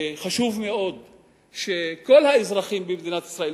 וחשוב מאוד שכל האזרחים במדינת ישראל,